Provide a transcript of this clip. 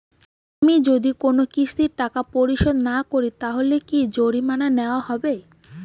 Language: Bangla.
আমি যদি কোন কিস্তির টাকা পরিশোধ না করি তাহলে কি জরিমানা নেওয়া হবে?